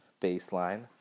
baseline